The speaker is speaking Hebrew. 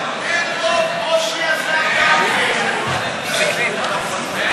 אני חושבת שהגיע הזמן גם לדבר על עצם